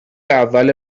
اول